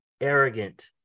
arrogant